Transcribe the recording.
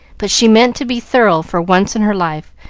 but she meant to be thorough for once in her life,